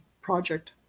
project